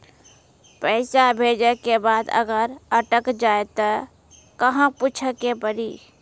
पैसा भेजै के बाद अगर अटक जाए ता कहां पूछे के पड़ी?